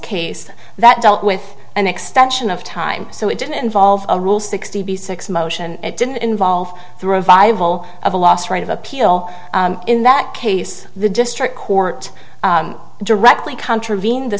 case that dealt with an extension of time so it didn't involve a rule sixty six motion it didn't involve through revival of a loss right of appeal in that case the district court directly contravene the